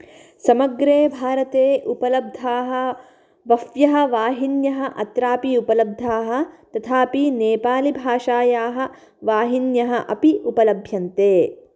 समग्रे भारते उपलब्धाः बह्व्यः वाहिन्यः अत्रापि उपलब्धाः तथापि नेपालीभाषायाः वाहिन्यः अपि उपलभ्यन्ते